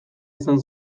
izan